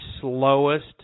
slowest